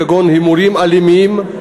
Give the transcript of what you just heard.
כגון אירועים אלימים,